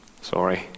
Sorry